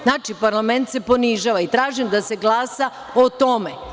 Znači, parlament se ponižava i tražim da se glasa o tome.